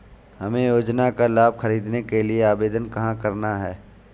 हमें योजना का लाभ ख़रीदने के लिए आवेदन कहाँ करना है?